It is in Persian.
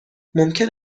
ممکن